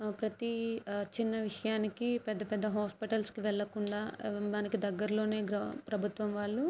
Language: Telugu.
ప్రతి చిన్న విషయానికి పెద్ద పెద్ద హాస్పిటల్స్కి వెళ్ళకుండా మనకి దగ్గరలోనే ప్రభుత్వం వాళ్ళు